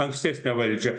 ankstesnė valdžia